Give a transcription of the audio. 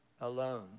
alone